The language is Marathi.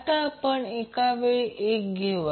आता आपण एक एकावेळी घेऊया